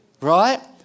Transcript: Right